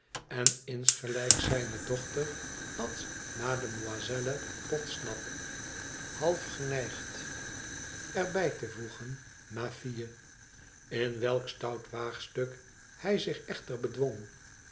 en insgelijks zijne dochter als mademoiselle podsnap half geneigd er bij te voegen ma fille in welk stout waagstuk hij zich echter bedwong